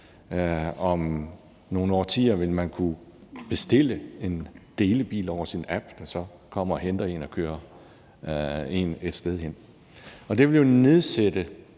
Om nogle årtier vil man over en app kunne bestille en delebil, der så kommer og henter en og kører en et sted hen, og det vil jo nedsætte,